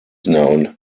known